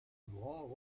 grand